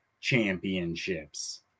Championships